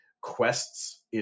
quests